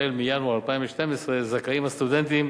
החל בינואר 2012 זכאים הסטודנטים